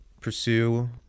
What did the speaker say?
pursue